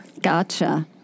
Gotcha